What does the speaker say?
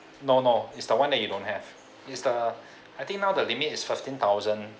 no no it's the one that you don't have is the I think now the limit is fifteen thousand